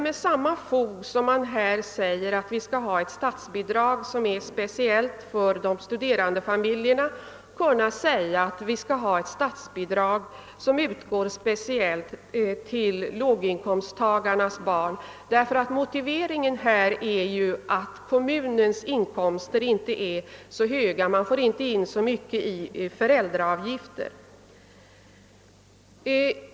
Med samma fog som man här säger att vi skall ha ett bidrag speciellt för studerandefamiljerna skulle man kunna säga att vi skall ha ett bidrag som utgår speciellt till låginkomsttagarnas barn. Motiveringen är nämligen att kommunen inte får in så mycket i föräldraavgifter.